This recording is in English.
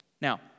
Now